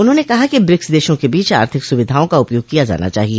उन्होंने कहा कि ब्रिक्स देशों के बीच आर्थिक स्विधाओं का उपयोग किया जाना चाहिए